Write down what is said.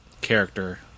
character